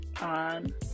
on